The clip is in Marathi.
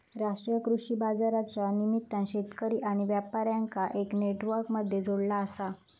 राष्ट्रीय कृषि बाजारच्या निमित्तान शेतकरी आणि व्यापार्यांका एका नेटवर्क मध्ये जोडला आसा